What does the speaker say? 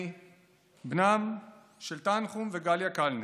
אני בנם של תנחום וגליה קלנר.